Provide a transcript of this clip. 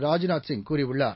ராஜ்நாத்சிங்கூறியுள்ளார்